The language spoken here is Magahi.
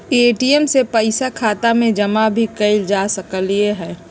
ए.टी.एम से पइसा खाता में जमा भी कएल जा सकलई ह